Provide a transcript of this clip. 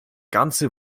ganze